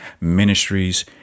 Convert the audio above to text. Ministries